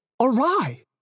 awry